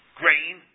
grain